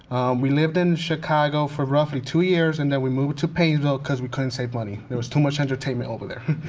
we lived in chicago for roughly two years and then we moved to painesville cause we couldn't save money. there was too much entertainment over there.